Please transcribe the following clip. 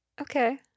Okay